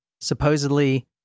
supposedly